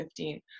2015